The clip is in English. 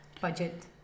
budget